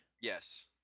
Yes